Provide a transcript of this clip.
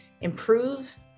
improve